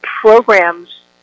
programs